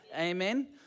Amen